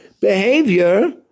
behavior